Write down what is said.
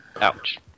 Ouch